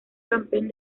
campeón